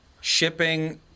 shipping